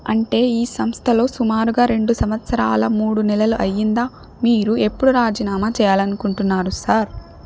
అంటే ఈ సంస్థలో సుమారుగా రెండు సంవత్సరాల మూడు నెలలు అయ్యిందా మీరు ఎప్పుడు రాజీనామా చేయాలనుకుంటున్నారు సార్